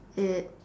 it